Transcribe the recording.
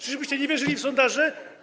Czyżbyście nie wierzyli w sondaże?